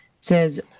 Says